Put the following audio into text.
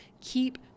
keep